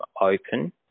open